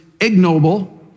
ignoble